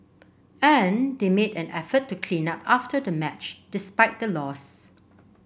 and they made an effort to clean up after the match despite the loss